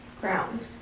grounds